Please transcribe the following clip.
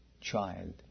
child